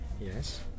Yes